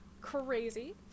crazy